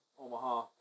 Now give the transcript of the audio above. Omaha